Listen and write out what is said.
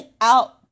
out